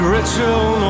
Ritual